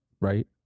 right